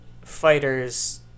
fighters